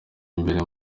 imbere